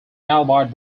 albeit